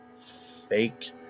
fake